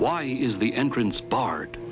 why is the entrance bar